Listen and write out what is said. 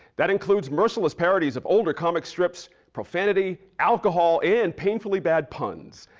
that includes merciless parodies of older comic strips, profanity, alcohol and painfully bad puns.